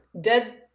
dead